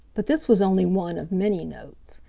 but this was only one of many notes.